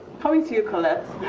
coming to you, colette.